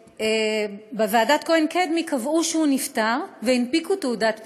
ובוועדת כהן-קדמי קבעו שהוא נפטר והנפיקו תעודת פטירה.